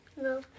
No